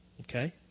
Okay